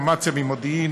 אמציה ממודיעין,